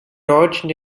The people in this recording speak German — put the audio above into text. deutschen